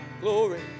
Glory